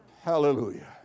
Hallelujah